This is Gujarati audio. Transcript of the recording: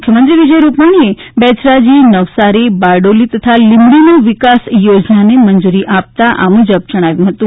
મુખ્યમંત્રી વિજય રૂપાણીએ બેચરાજી નવસારી બારડોલી તથા લિંબડીનો વિકાસ યોજનાઓને મંજૂરી આપતા આ મુજબ જણાવ્યું હતું